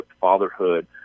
fatherhood